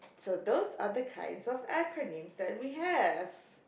although other kinds of acronym that we have